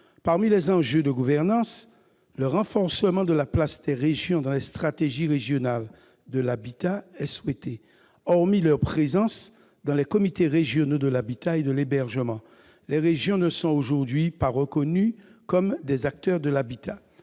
titre des enjeux de gouvernance, le renforcement de la place des régions dans les stratégies régionales de l'habitat est souhaité. Mise à part leur présence dans les comités régionaux de l'habitat et de l'hébergement, les régions ne sont aujourd'hui pas reconnues comme des acteurs de l'habitat.